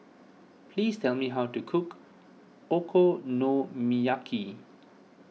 please tell me how to cook Okonomiyaki